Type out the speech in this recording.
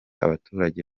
abaturage